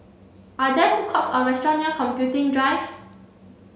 are there food courts or restaurants near Computing Drive